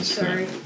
sorry